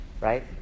right